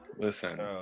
Listen